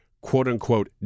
quote-unquote